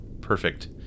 perfect